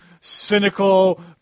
cynical